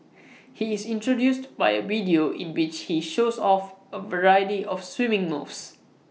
he is introduced by A video in which he shows off A variety of swimming moves